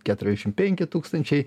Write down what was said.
keturiasdešim penki tūkstančiai